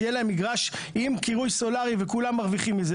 שיהיה להם מגרש עם קירוי סולרי וכולם מרוויחים מזה,